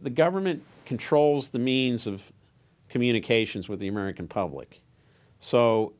the government controls the means of communications with the american public so